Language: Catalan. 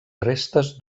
restes